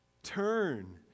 Turn